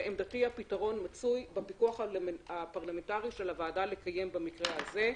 לעמדתי הפתרון מצוי בפיקוח הפרלמנטרי של הוועדה לקיים במקרה הזה,